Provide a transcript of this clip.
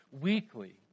weekly